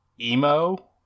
emo